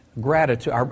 gratitude